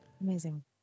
Amazing